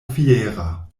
fiera